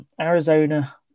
Arizona